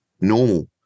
normal